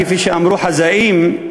כפי שאמרו חזאים,